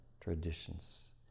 traditions